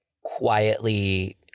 quietly